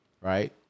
right